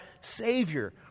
Savior